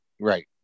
right